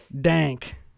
dank